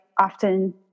often